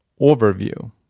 overview